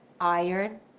iron